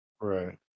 right